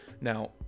now